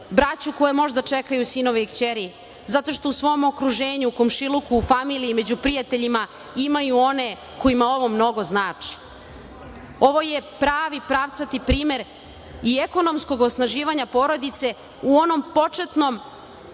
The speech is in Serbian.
braću koji možda čekaju sinove ili kćeri, zato što u svom okruženju, komšiluku, familiji, među prijateljima imaju one kojima ovo mnogo znači. Ovo je pravi pravcati primer i ekonomskog osnaživanja porodice u onom početnom